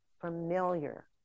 familiar